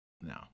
no